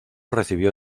recibió